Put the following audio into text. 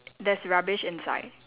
there's rubbish inside